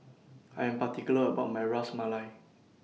I Am particular about My Ras Malai